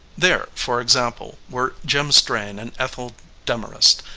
there, for example, were jim strain and ethel demorest,